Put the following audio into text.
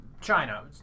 China